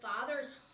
father's